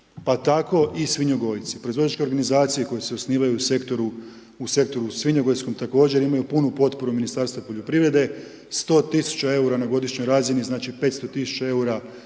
pa tako i svinjogojci, proizvođačke organizacije koje se osnivaju u sektoru, u sektoru svinjogojskom također imaju punu potporu Ministarstva poljoprivrede 100 tisuća eura na godišnjoj razini znači 500 tisuća